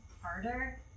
harder